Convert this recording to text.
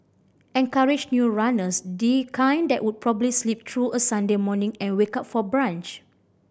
encourage new runners the kind that would probably sleep through a Sunday morning and wake up for brunch